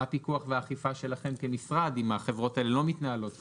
מה הפיקוח והאכיפה שלכם כמשרד אם החברות האלה לא מתנהלות כראוי?